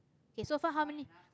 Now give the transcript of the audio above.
okay so far how many